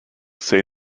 say